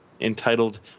entitled